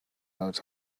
out